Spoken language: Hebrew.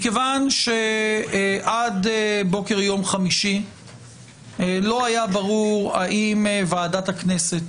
מכיוון שעד בוקר יום חמישי לא היה ברור האם ועדת הכנסת